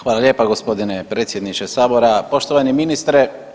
Hvala lijepa gospodine predsjedniče Sabora, poštovani ministre.